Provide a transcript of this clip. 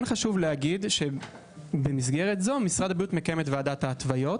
כן חשוב להגיד שבמסגרת זו משרד הבריאות מקיים את ועדת ההתוויות,